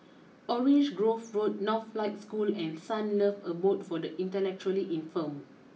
Orange Grove Road Northlight School and Sunlove Abode for the Intellectually Infirmed